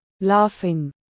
Laughing